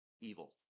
evil